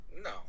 no